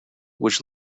which